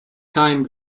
time